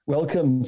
Welcome